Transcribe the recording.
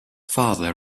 father